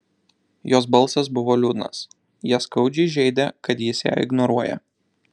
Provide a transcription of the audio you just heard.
jos balsas buvo liūdnas ją skaudžiai žeidė kad jis ją ignoruoja